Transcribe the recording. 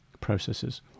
processes